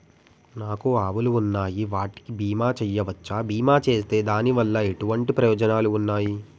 నాకు ఆవులు ఉన్నాయి వాటికి బీమా చెయ్యవచ్చా? బీమా చేస్తే దాని వల్ల ఎటువంటి ప్రయోజనాలు ఉన్నాయి?